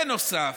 בנוסף,